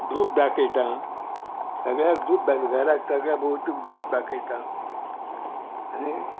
धूप दाखयता सगळ्याक धूप घराक सगळ्या भोंवतीक धूप दाखयता आनी